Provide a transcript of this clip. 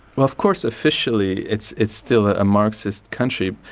well of course officially it's it's still a marxist country,